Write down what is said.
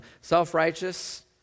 self-righteous